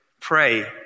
pray